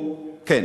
כן.